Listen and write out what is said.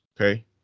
okay